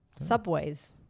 Subways